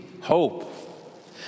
hope